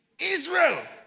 Israel